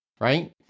right